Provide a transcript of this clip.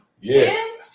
Yes